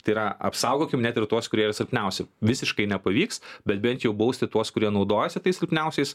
tai yra apsaugokim net ir tuos kurie yra silpniausi visiškai nepavyks bet bent jau bausti tuos kurie naudojasi tais silpniausiais